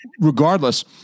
regardless